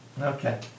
Okay